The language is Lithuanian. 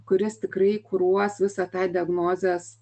kuris tikrai kuruos visą tą diagnozės